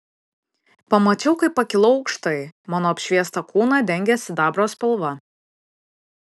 pamačiau kaip pakilau aukštai mano apšviestą kūną dengė sidabro spalva